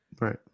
Right